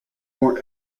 more